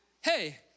hey